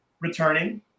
returning